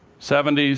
seventy